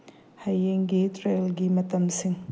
ꯍꯌꯦꯡꯒꯤ ꯇ꯭ꯔꯦꯟꯒꯤ ꯃꯇꯝꯁꯤꯡ